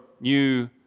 new